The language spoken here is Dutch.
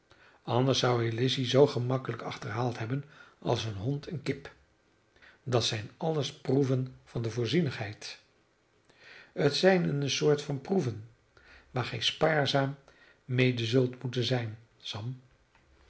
anders zou hij lizzy zoo gemakkelijk achterhaald hebben als een hond een kip dat zijn alles proeven van de voorzienigheid het zijn eene soort van proeven waar gij spaarzaam mede zult moeten zijn sam